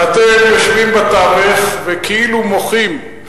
ואתם יושבים בתווך וכאילו מוחים,